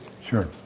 Sure